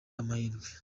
amahirwe